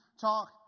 talk